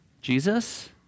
Jesus